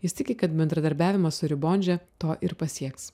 jis tiki kad bendradarbiavimas su ribondže to ir pasieks